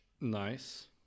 Nice